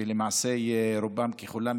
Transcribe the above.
שלמעשה רובם ככולם,